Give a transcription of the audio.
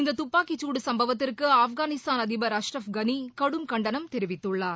இந்த துப்பாக்கிச் சூடு சம்பவத்திற்கு ஆப்கானிஸ்தான் அதிபர் அஸ்ரப் கனி கடும் கண்டனம் தெரிவித்துள்ளார்